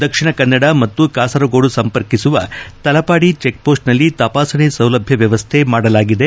ದಕ್ಷಿಣ ಕನ್ನಡ ಮತ್ತು ಕಾಸರಗೋಡು ಸಂಪರ್ಕಿಸುವ ತಲಪಾದಿ ಚೆಕ್ ಪೋಸ್ಟ್ನಲ್ಲಿ ತಪಾಸಣೆ ಸೌಲಭ್ಯ ವ್ಯವಸ್ಥೆ ಮಾಡಲಾಗಿದೆ